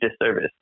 disservice